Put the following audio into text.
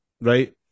right